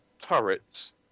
turrets